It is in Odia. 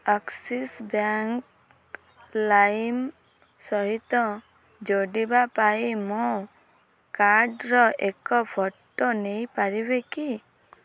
ଆକ୍ସିସ୍ ବ୍ୟାଙ୍କ ଲାଇମ୍ ସହିତ ଯୋଡ଼ିବା ପାଇଁ ମୋ କାର୍ଡ଼ର ଏକ ଫଟୋ ନେଇପାରିବେ କି